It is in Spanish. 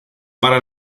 para